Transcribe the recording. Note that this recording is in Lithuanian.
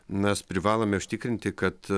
mes privalome užtikrinti kad